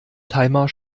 timer